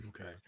Okay